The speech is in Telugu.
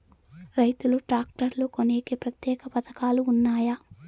రైతులు ట్రాక్టర్లు కొనేకి ప్రత్యేక పథకాలు ఉన్నాయా?